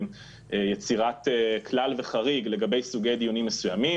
יצירת כלל וחריג לגבי סוגי דיונים מסוימים.